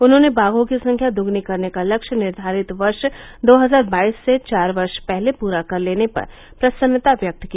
उन्होंने बाघों की संख्या दुगुनी करने का लक्ष्य निर्धारित वर्ष दो हजार बाईस से चार वर्ष पहले पूरा कर लेने पर प्रसन्नता व्यक्त की